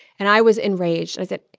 and i was enraged. i said,